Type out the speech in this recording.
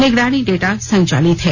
निगरानी डेटा संचालित है